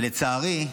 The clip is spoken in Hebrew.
לצערי,